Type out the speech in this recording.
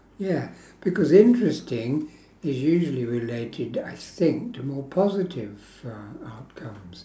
ya because interesting is usually related I think to more positive uh outcomes